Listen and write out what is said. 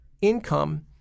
Income